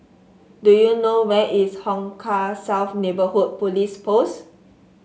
do you know where is Hong Kah South Neighbourhood Police Post